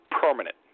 permanent